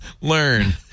Learn